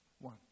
One